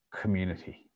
community